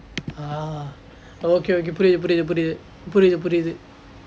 er okay okay புரியது புரியது புரியது புரியது புரியது:purithu purithu purithu purithu purithu